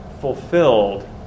fulfilled